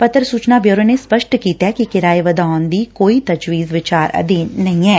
ਪੱਤਰ ਸੂਚਨਾ ਬਿਊਰੋ ਨੇ ਸਪੱਸ਼ਟ ਕੀਤੈ ਕਿ ਕਿਰਾਏ ਵਧਾਉਣ ਦੀ ਕੋਈ ਤਜਵੀਜ਼ ਵਿਚਾਰ ਅਧੀਨ ਨਹੀ ਐੱ